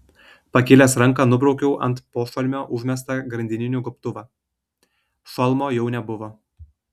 pakėlęs ranką nubraukiau ant pošalmio užmestą grandininių gobtuvą šalmo jau nebuvo